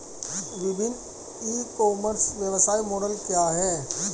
विभिन्न ecommerce व्यवसाय model क्या हैं?